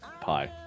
Pie